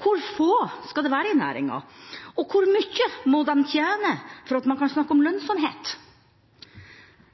Hvor få skal det være i næringa, og hvor mye må de tjene for at man kan snakke om lønnsomhet?